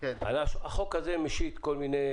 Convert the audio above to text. החוק הזה משית כל מיני